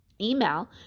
email